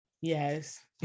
Yes